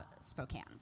Spokane